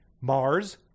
Mars